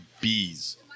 bees